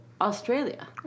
Australia